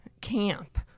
camp